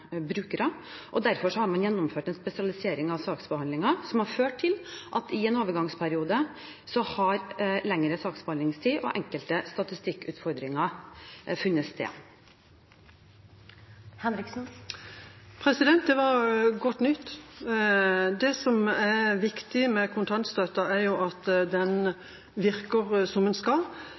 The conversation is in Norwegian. brukere. Derfor har man gjennomført en spesialisering av saksbehandlingen som har ført til at i en overgangsperiode har lengre saksbehandlingstid og enkelte statistikkutfordringer funnet sted. Det var godt nytt. Det som er viktig med kontantstøtten, er jo at den virker som den skal.